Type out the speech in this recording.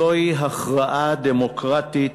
זוהי הכרעה דמוקרטית,